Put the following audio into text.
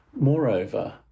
Moreover